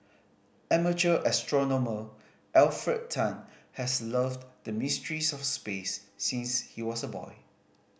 amateur astronomer Alfred Tan has loved the mysteries of space since he was a boy